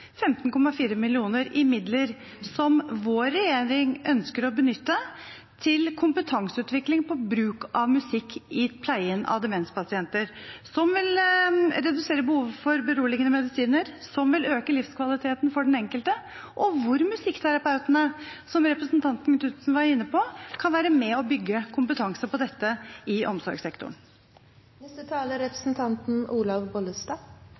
15,4 mill. kr i midler, som vår regjering ønsker å benytte til kompetanseutvikling på bruk av musikk i pleien av demenspasienter – som vil redusere behovet for beroligende medisiner, som vil øke livskvaliteten for den enkelte – hvor musikkterapeutene, som representanten Knutsen var inne på, kan være med og bygge kompetanse i omsorgssektoren på dette området. Representanten Knutsen sier at dette ligger i rammen. Midlene er